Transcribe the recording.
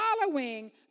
following